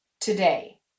today